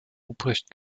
ruprecht